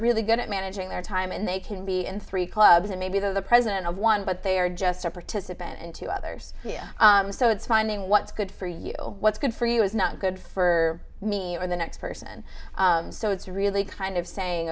really good at managing their time and they can be in three clubs and maybe the president of one but they are just a participant and two others so it's finding what's good for you what's good for you is not good for me or the next person so it's really kind of saying